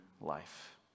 life